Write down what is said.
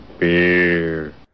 Beer